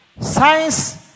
Science